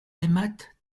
aimâtes